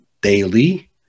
daily